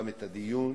נסים זאב,